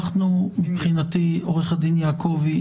עורך הדין יעקבי,